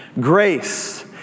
Grace